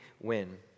win